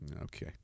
Okay